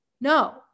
No